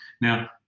now